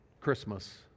Christmas